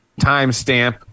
timestamp